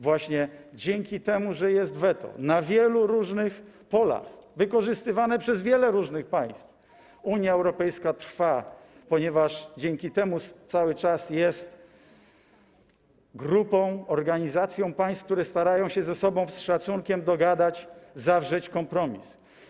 Właśnie dzięki temu, że jest weto, na wielu różnych polach, wykorzystywane przez wiele różnych państw, Unia Europejska trwa, ponieważ dzięki temu cały czas jest grupą, organizacją państw, które starają się ze sobą z szacunkiem dogadać, zawrzeć kompromis.